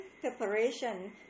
preparation